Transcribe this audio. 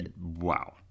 Wow